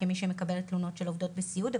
כמי שמקבלת תלונות של עבודות בסיעוד.